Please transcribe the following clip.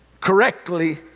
correctly